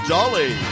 Dolly